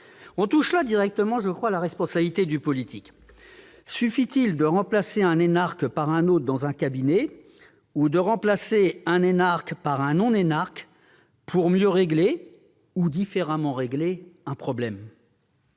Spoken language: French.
On touche là directement, je crois, à la responsabilité du politique. Suffit-il de remplacer un énarque par un autre dans un cabinet ou de remplacer un énarque par un non-énarque pour mieux régler ou régler différemment un problème ?